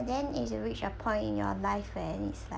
then as you reach a point in your life when it's like